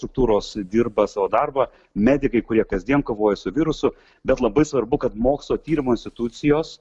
struktūros dirba savo darbą medikai kurie kasdien kovoja su virusu bet labai svarbu kad mokslo tyrimų institucijos